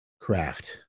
craft